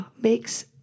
makes